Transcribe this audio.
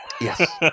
Yes